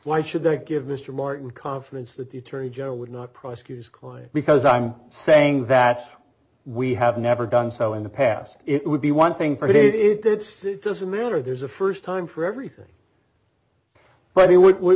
why should they give mr martin confidence that the attorney general would not prosecutors claim because i'm saying that we have never done so in the past it would be one thing for it is that it doesn't matter there's a first time for everything but